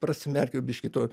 pasmerkiau biškį to